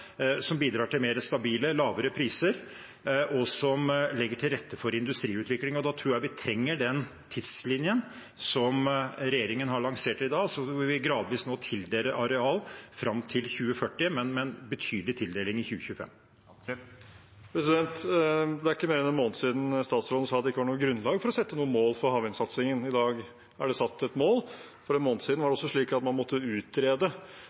som bidrar til mer stabile og lave priser, og som legger til rette for industriutvikling. Da tror jeg vi trenger den tidslinjen som regjeringen har lansert i dag, der vi gradvis tildeler areal fram til 2040, men med en betydelig tildeling i 2025. Nikolai Astrup – til oppfølgingsspørsmål. Det er ikke mer enn en måned siden statsråden sa at det ikke var noe grunnlag for å sette noe mål for havvindsatsingen. I dag er det satt et mål. For en måned siden var det også slik at man måtte utrede